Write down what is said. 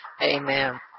Amen